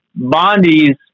bondies